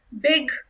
big